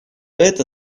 это